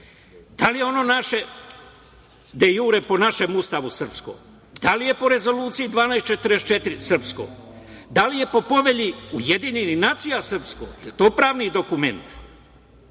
da li je ono naše, de jure, po našem Ustavu srpsko? Da li je po Rezoluciji 1244 srpsko? Da li je po Povelji Ujedinjenih Nacija srpsko? Jel to pravni dokument?